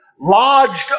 lodged